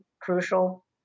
crucial